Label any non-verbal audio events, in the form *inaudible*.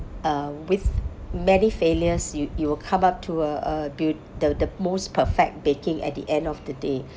uh with many failures you you will come up to uh uh build the the most perfect baking at the end of the day *breath*